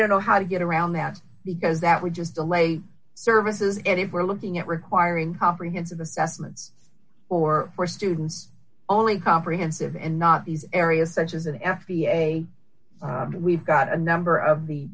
don't know how to get around that because that would just delay services and if we're looking at requiring comprehensive assessment or for students only comprehensive and not these areas such as an f d a we've got a number of the